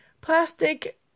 Plastic